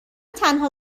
تنها